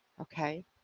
Okay